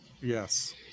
Yes